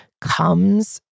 comes